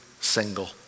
single